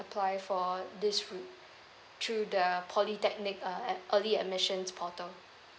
apply for this route through the polytechnic uh ad~ early admissions portal